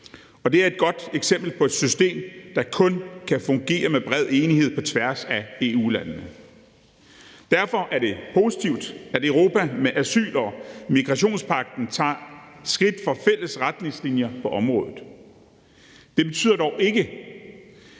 det er et godt eksempel på, at et system kun kan fungere, hvis der er bred enighed på tværs af EU-landene. Derfor er det positivt, at Europa med asyl- og migrationspagten tager et skridt for fælles retningslinjer på området. Det betyder dog ikke,